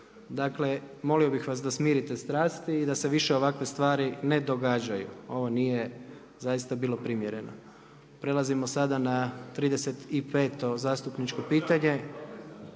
dakle molio bih vas da smirite strasti i da se više ovakve stvari ne događaju. Ovo nije zaista bilo primjereno. Prelazimo sada na 35 zastupničko pitanje,